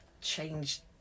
change